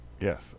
yes